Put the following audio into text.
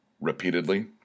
repeatedly